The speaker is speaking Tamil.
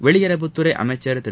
வெளியுறவுத்துறை அமைச்சர் திரு